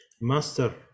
Master